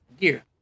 gear